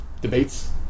Debates